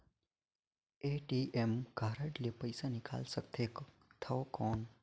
ATM card ले पइसा निकाल सकथे थव कौन?